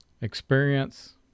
experience